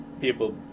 people